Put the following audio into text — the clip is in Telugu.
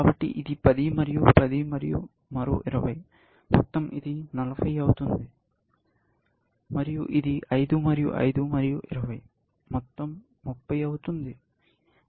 కాబట్టి ఇది 10 మరియు 10 మరియు మరో 20 మొత్తం ఇది 40 అవుతుంది 10 10 20 40 మరియు ఇది 5 మరియు 5 మరియు 20 5 5 20 30 ఇది 30 అవుతుంది